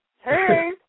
Hey